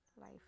life